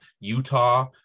Utah